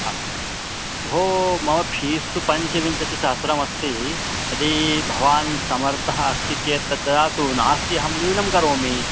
हा भो मम फ़ीस् तु पञ्चविंशतिसहस्रमस्ति यदि भवान् समर्थः अस्ति चेत् तद् ददातु नास्ति अहं न्यूनं करोमि